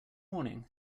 morning